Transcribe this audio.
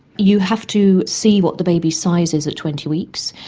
you have to see what the baby's size is at twenty weeks,